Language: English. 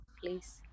please